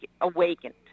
awakened